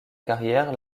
carrière